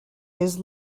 his